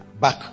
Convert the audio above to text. back